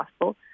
possible